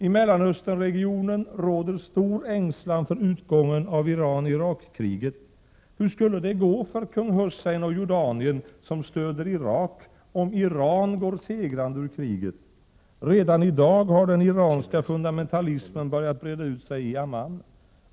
I Mellanösternregionen råder stor ängslan för utgången av Iran—Irakkriget. Hur skulle det gå för kung Hussein och Jordanien, som stöder Irak, om Iran går segrande ur kriget? Redan i dag har den iranska fundamentalismen börjat breda ut sig i Amman.